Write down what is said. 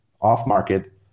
off-market